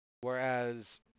Whereas